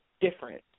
different